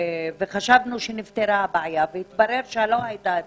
וחשבנו שנפתרה הבעיה, התברר שלא הייתה התקדמות.